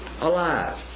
alive